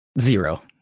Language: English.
zero